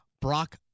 Brock